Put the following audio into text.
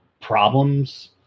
problems